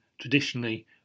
traditionally